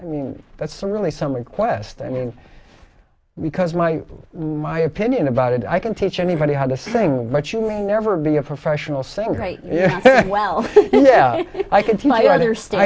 i mean that's a really some request i mean because my my opinion about it i can teach anybody how to saying what you may never be a professional saying right yeah well yeah i can see my other stuff